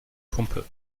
pumpe